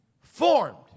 formed